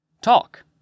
Talk